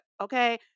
okay